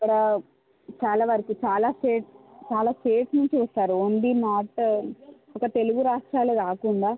ఇక్కడ చాలా వరకు చాలా స్టేట్ చాలా స్టేట్స్ నుంచి వస్తారు ఓన్లీ నార్త్ ఒక్క తెలుగు రాష్ట్రాలు కాకుండా